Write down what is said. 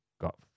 got